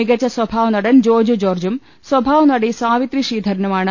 മികച്ച സ്വഭാവ നടൻ ജോജു ജോർജ്ജും സ്വഭാവ നടി സാവിത്രി ശ്രീധരനുമാണ്